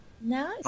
No